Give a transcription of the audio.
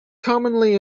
commonly